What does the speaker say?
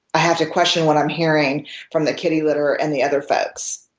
i have to question what i'm hearing from the kitty litter and the other folks.